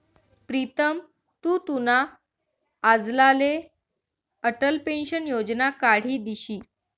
प्रीतम तु तुना आज्लाले अटल पेंशन योजना काढी दिशी